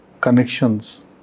connections